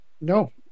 No